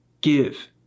Give